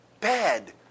bad